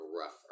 rougher